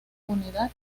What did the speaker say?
unidad